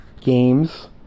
games